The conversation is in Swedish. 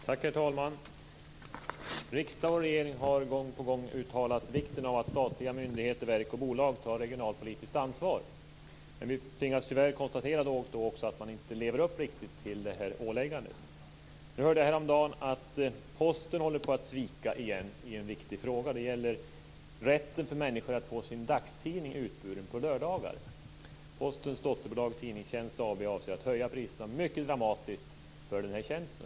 Herr talman! Riksdag och regering har gång på gång uttalat vikten av att statliga myndigheter, verk och bolag tar regionalpolitiskt ansvar. Vi tvingas tyvärr då och då konstatera att man inte riktigt lever upp till det åläggandet. Häromdagen hörde jag att Posten håller på att svika igen i en viktig fråga. Det gäller rätten för människor att få sin dagstidning utburen på lördagar. Postens dotterbolag Tidningstjänst AB avser att höja priserna mycket dramatiskt för den här tjänsten.